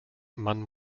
man